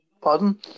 Pardon